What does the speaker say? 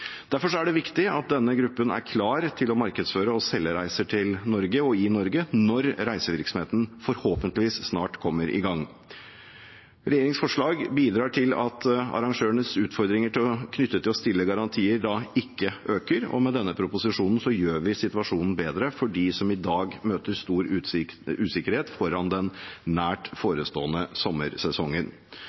Derfor er det viktig at denne gruppen er klar til å markedsføre og selge reiser til Norge og i Norge når reisevirksomheten forhåpentligvis snart kommer i gang. Regjeringens forslag bidrar til at arrangørenes utfordringer knyttet til å stille garantier ikke øker, og med denne proposisjonen gjør vi situasjonen bedre for dem som i dag møter stor usikkerhet foran den nært forestående sommersesongen.